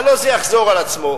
הלוא זה יחזור על עצמו.